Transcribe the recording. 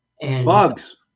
Bugs